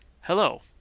Hello